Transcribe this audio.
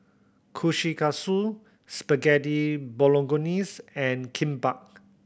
Kushikatsu Spaghetti Bolognese and Kimbap